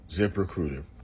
ZipRecruiter